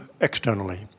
externally